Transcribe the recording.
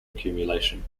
accumulation